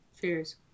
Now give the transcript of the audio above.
Cheers